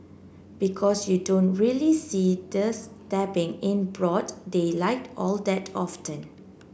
because you don't really see the stabbing in broad daylight all that often